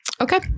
Okay